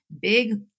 big